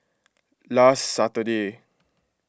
last Saturday